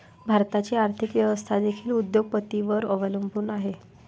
भारताची आर्थिक व्यवस्था देखील उद्योग पतींवर अवलंबून आहे